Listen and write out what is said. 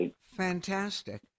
fantastic